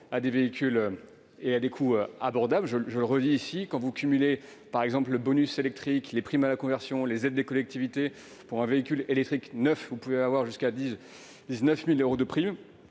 à des véhicules à des coûts abordables. Je le redis ici, quand vous cumulez le bonus électrique, les primes à la conversion et les aides des collectivités pour un véhicule électrique neuf, vous pouvez recevoir jusqu'à 19 000 euros de primes.